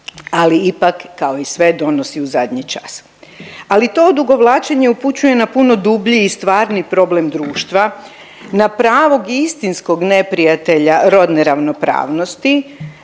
ali ipak, kao i sve, donosi u zadnji čas. Ali to odugovlačenje upućuje na puno dublji i stvarni problem društva na pravog i istinskog neprijatelja rodne ravnopravnosti,